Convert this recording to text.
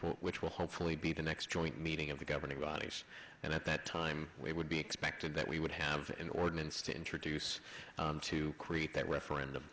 h which will hopefully be the next joint meeting of the governing bodies and at that time we would be expected that we would have an ordinance to introduce to create that referendum